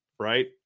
right